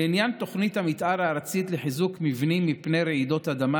לעניין תוכנית המתאר הארצית לחיזוק מבנים מפני רעידות אדמה,